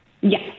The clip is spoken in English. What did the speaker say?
Yes